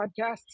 podcasts